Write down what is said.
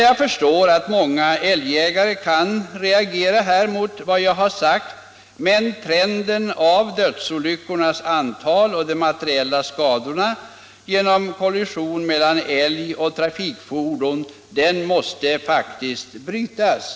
Jag förstår att många älgjägare kan reagera mot vad jag här sagt, men trenden när det gäller dödsolyckornas antal och de materiella skadorna genom kollisioner mellan älg och trafikfordon måste faktiskt brytas.